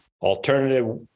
alternative